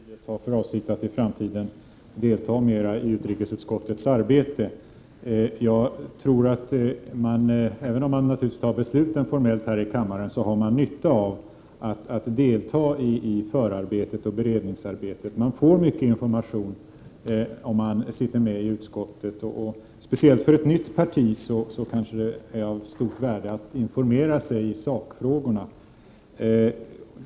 Fru talman! Det är bra om miljöpartiet har för avsikt att i framtiden delta mera i utrikesutskottets arbete. Även om man naturligtvis formellt fattar besluten här i kammaren, har man nytta av att delta i förarbetet och beredningsarbetet. Man får mycket information, om man sitter med i utskott. Speciellt för ett nytt parti är det kanske av stort värde att informera sig i sakfrågorna.